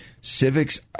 Civics